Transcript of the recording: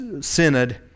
synod